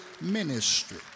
ministry